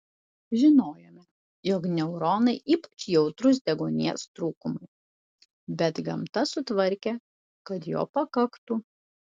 žinojome jog neuronai ypač jautrūs deguonies trūkumui bet gamta sutvarkė kad jo pakaktų